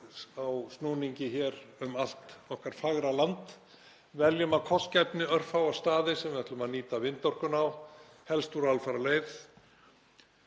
á snúningi hér um allt okkar fagra land. Veljum af kostgæfni örfáa staði sem við ætlum að nýta vindorku á, helst úr alfaraleið.